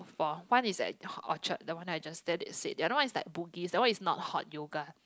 for one is at hot Orchard the one I just said the another one is like Bugis that one is not hot yoga